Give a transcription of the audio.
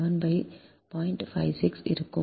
56 இருக்கும்